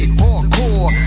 hardcore